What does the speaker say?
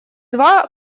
два